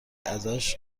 ازش